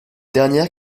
dernière